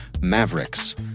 Mavericks